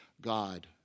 God